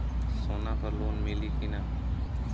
सोना पर लोन मिली की ना?